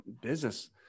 business